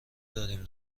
داریم